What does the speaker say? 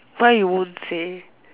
why you won't say